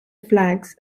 flags